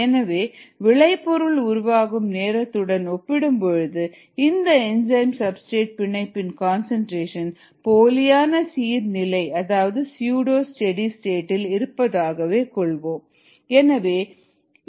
எனவே விளைபொருள் உருவாகும் நேரத்துடன் ஒப்பிடும் பொழுது இந்த என்சைன் சப்ஸ்டிரேட் பிணைப்பின் கன்சன்ட்ரேஷன் போலியான சீர் நிலை இல் இருப்பதாகவே கொள்வோம்